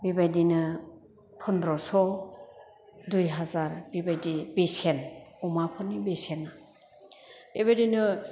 बेबायदिनो फन्द्रस' दुइ हाजार बेबायदि बेसेन अमाफोरनि बेसेना बेबायदिनो